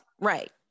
right